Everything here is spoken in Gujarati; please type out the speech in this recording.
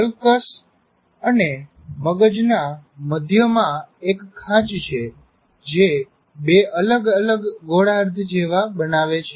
સલ્કસ અને મગજના મધ્યમાં એક ખાંચ છે જે બે અલગ અલગ ગોળાર્ધ જેવા બનાવે છે